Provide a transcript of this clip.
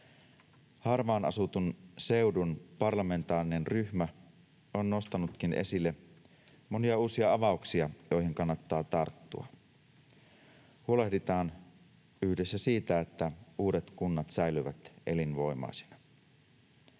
Harvaan asutun seudun parlamentaarinen ryhmä on nostanutkin esille monia uusia avauksia, joihin kannattaa tarttua. Huolehditaan yhdessä siitä, että uudet kunnat säilyvät elinvoimaisina.